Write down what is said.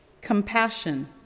compassion